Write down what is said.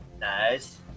Nice